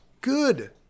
Good